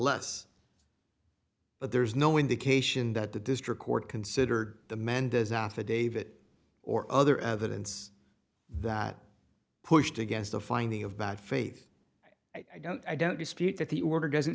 less but there's no indication that the district court considered the mendez affidavit or other evidence that pushed against a fine the of bad faith i don't i don't dispute that the order doesn't